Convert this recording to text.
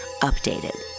Updated